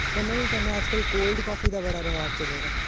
कन्नै गै कन्नै अजकल कोल्ड काफी दा बड़ा रवाज चले दा